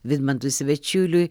vidmantui svečiuliui